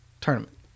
tournament